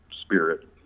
spirit